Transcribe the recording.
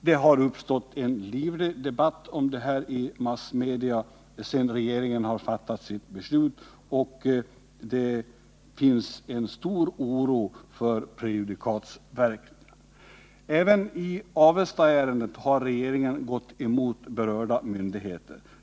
Det har uppstått en livlig debatt om detta i massmedia sedan regeringen fattat sitt beslut, och det finns en stor oro för prejudikatsverkan. Även i Avestaärendet har regeringen gått emot berörda myndigheter.